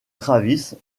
travis